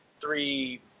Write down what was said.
three